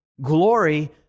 glory